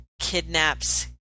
kidnaps